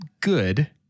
good